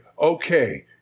okay